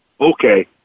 Okay